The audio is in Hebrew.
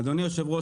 אדוני היושב-ראש,